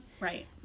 Right